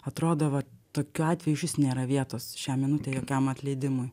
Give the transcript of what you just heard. atrodo vat tokiu atveju išvis nėra vietos šią minutę jokiam atleidimui